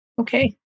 Okay